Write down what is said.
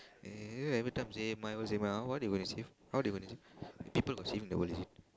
eh every time save my world save my world what they gonna save how they gonna save people got save in the world is it